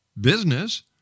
business